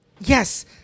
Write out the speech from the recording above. yes